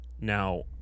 Now